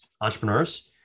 entrepreneurs